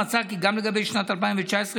מה שמשרד החינוך היה צריך לעשות, נעשה.